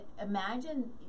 imagine